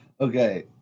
okay